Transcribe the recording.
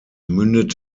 mündet